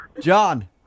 John